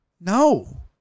No